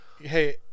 hey